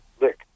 lick